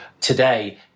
today